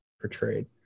portrayed